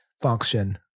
function